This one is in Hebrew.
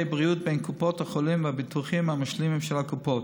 בריאות בין קופות החולים והביטוחים המשלימים של הקופות.